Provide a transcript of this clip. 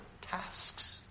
tasks